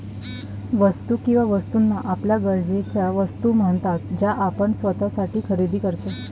वस्तू किंवा वस्तूंना आपल्या गरजेच्या वस्तू म्हणतात ज्या आपण स्वतःसाठी खरेदी करतो